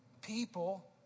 people